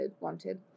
wanted